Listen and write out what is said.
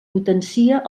potencia